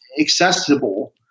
accessible